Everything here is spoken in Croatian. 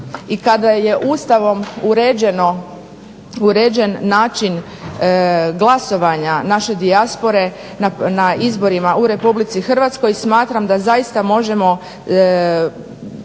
i kada je Ustavom uređen način glasovanja naše dijaspore na izborima u RH smatram da zaista možemo